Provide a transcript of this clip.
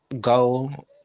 go